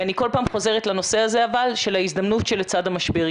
אני כל פעם חוזרת לנושא הזה של ההזדמנות שלצד המשבר.